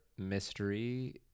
Mystery